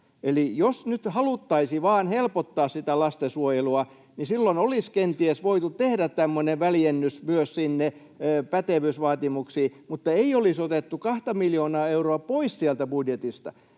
Eli jos nyt haluttaisiin vain helpottaa sitä lastensuojelua, niin silloin olisi kenties voitu tehdä tämmöinen väljennys myös sinne pätevyysvaatimuksiin mutta ei olisi otettu kahta miljoonaa euroa pois sieltä budjetista.